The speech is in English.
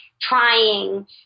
trying